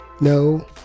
No